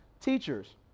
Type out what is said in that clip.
teachers